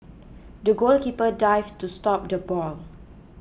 the goalkeeper dived to stop the ball